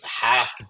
half